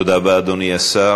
תודה רבה, אדוני השר.